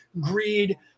greed